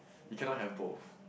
you cannot have both